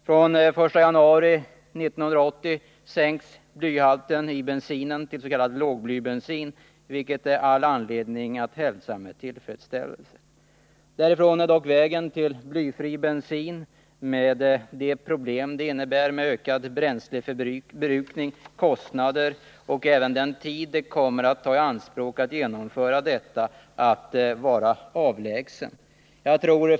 Från den 1 januari 1980 sänks blyhalten i bensin, och vi får s.k. lågblybensin, vilket det finns all anledning att hälsa med tillfredsställelse. Därifrån är dock vägen lång innan vi har fått blyfri bensin, med de problem som ökad bränsleförbrukning och ökade kostnader innebär, och den tid det kommer att ta i anspråk att genomföra detta är avsevärd.